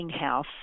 house